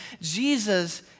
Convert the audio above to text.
Jesus